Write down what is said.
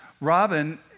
Robin